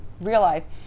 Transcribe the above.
realize